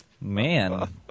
Man